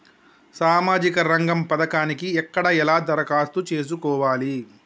సామాజిక రంగం పథకానికి ఎక్కడ ఎలా దరఖాస్తు చేసుకోవాలి?